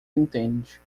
entende